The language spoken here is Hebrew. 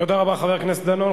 תודה רבה, חבר הכנסת דנון.